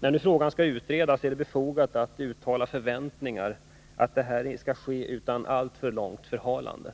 När nu frågan skall utredas är det befogat att uttala förväntningen att detta skall ske utan alltför långt förhalande.